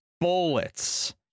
bullets